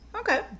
Okay